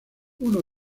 uno